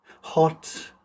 Hot